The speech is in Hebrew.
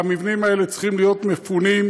המבנים האלה צריכים להיות מפונים.